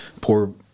poor